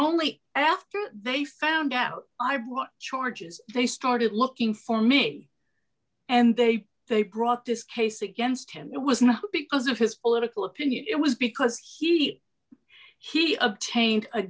only after they found out i brought charges they started looking for me and they they brought this case against him it was not because of his political opinion it was because he he obtain